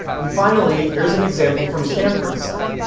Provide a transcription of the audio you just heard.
and finally, here is an example from stanford's site.